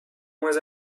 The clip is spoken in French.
moins